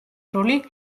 როლი